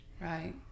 right